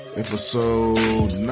episode